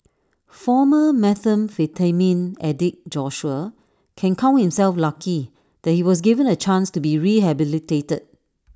former methamphetamine addict Joshua can count himself lucky that he was given A chance to be rehabilitated